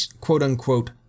quote-unquote